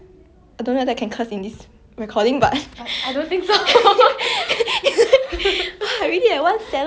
salad can be like fifteen dollars eh then it's so annoying I want to eat healthy also it's like so